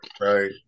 Right